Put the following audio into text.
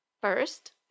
First